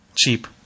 Cheap